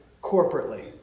corporately